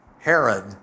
Herod